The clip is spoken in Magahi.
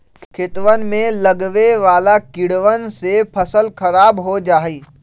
खेतवन में लगवे वाला कीड़वन से फसल खराब हो जाहई